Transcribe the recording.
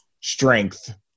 strength